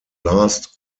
last